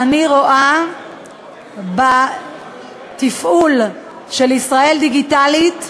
שאני רואה את התפעול של "ישראל דיגיטלית"